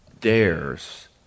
dares